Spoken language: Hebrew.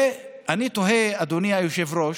ואני תוהה, אדוני היושב-ראש.